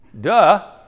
Duh